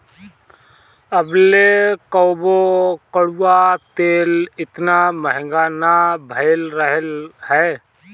अबले कबो कड़ुआ तेल एतना महंग ना भईल रहल हअ